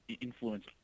influence